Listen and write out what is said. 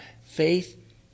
Faith